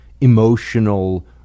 emotional